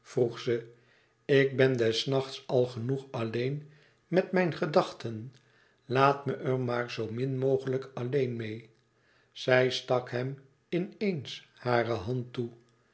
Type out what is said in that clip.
ik ben des nachts al genoeg alleen met mijn gedachten laat me er maar zoo min mogelijk alleen meê zij stak hem in eens hare hand toe